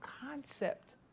concept